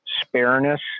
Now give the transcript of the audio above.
spareness